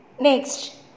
Next